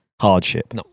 hardship